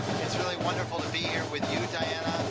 it's really wonderful to be here with you, diana.